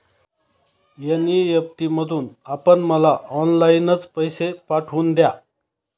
NEFT मधून आपण मला ऑनलाईनच पैसे पाठवून द्या